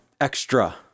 extra